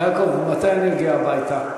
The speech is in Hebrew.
יעקב, ומתי אני אגיע הביתה?